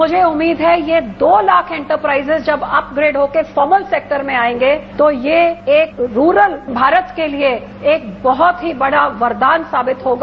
मुझे उम्मीद है ये दो लाख इन्टरप्राइजेज जब अपग्रेड हो के कॉमल सेक्टर में आएंगे तो ये एक रूलर भारत के लिए बहुत ही बड़ा वरदान साबित होगा